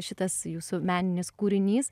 šitas jūsų meninis kūrinys